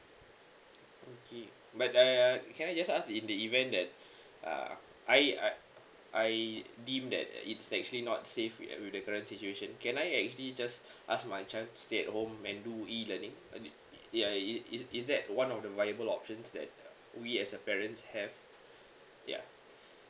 okay but uh can I just ask in the event that uh I uh I deem that uh it's actually not safe with with the current situation can I uh actually just ask my child to stay at home and do e learning uh the ya it is is that one of the viable options that we as a parent have ya